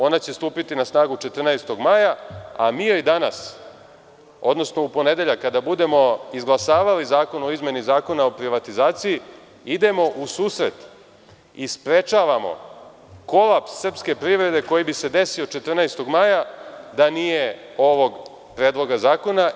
Ona će stupiti na snagu 14. maja, a mi joj danas, odnosno u ponedeljak kada budemo izglasavali zakon o izmeni Zakona o privatizaciji, idemo u susret i sprečavamo kolaps srpske privrede koji bi se desio 14. maja da nije ovog predloga zakona.